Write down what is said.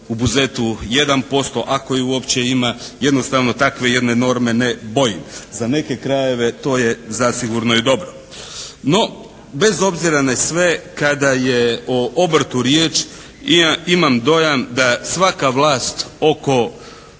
u Buzetu 1% ako je uopće ima. Jednostavno takve jedne norme ne bojim. Za neke krajeve to je zasigurno i dobro. No bez obzira na sve kada je o obrtu riječ imam dojam da svaka vlast oko